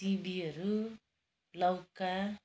सिमीहरू लौका